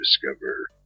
discover